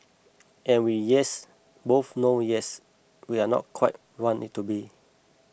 and we yes both know yes we are not quite want it to be